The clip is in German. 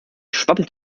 schwabbelt